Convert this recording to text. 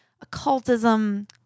occultism